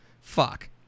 fuck